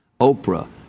Oprah